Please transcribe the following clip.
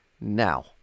now